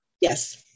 Yes